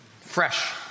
fresh